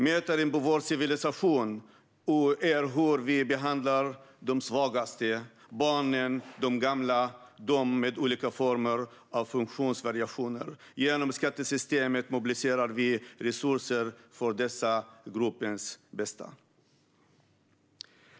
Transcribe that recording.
Mätaren på vår civilisation är hur vi behandlar de svagaste: barnen, de gamla, dem med olika former av funktionsvariationer. Genom skattesystemet mobiliserar vi resurser för dessa gruppers bästa.